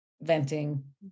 venting